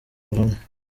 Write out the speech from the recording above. ruhame